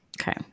Okay